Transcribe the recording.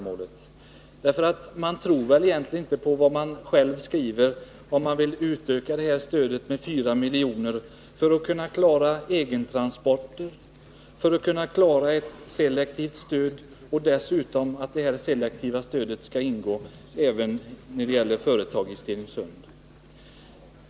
Man tror väl egentligen inte på vad man själv skriver, att man vill utöka stödet med 4 milj.kr. för att kunna klara egentransporter, för att kunna klara ett selektivt stöd och dessutom att det selektiva stödet skall utgå även till företag i Stenungsund.